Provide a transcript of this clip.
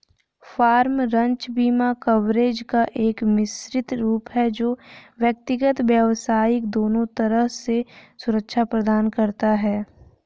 farm, ranch बीमा coverage का एक मिश्रित रूप है जो व्यक्तिगत, व्यावसायिक दोनों तरह से सुरक्षा प्रदान करता है